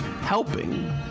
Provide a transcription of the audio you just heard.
Helping